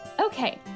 Okay